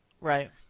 Right